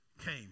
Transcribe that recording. came